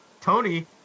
Tony